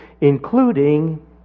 including